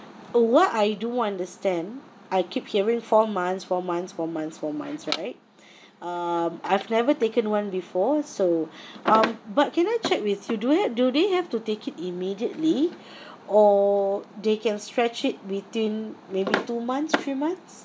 oh what I do understand I keep hearing four months four months four months four months right um I've never taken one before so um but can I check with you do they do they have to take it immediately or they can stretch it between maybe two months three months